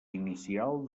inicial